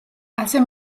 ასე